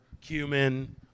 cumin